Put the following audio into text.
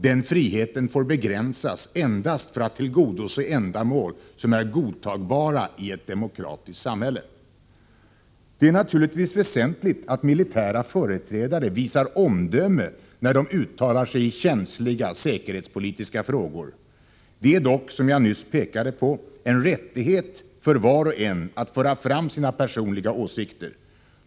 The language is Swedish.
Den friheten får begränsas endast för att tillgodose ändamål som är godtagbara i ett demokratiskt samhälle. Det är naturligtvis väsentligt att militära företrädare visar omdöme när de uttalar sig i känsliga, säkerhetspolitiska frågor. Det är dock — som jag nyss pekade på — en rättighet för var och en att föra fram sina personliga åsikter.